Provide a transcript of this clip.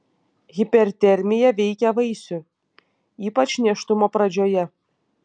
hipertermija veikia vaisių ypač nėštumo pradžioje